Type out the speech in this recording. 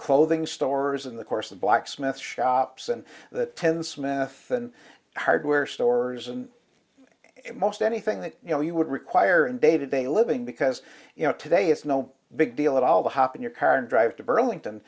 clothing stores in the course of blacksmith shops and the ten smith and hardware stores and most anything that you know you would require in day to day living because you know today it's no big deal at all hop in your car and drive to burlington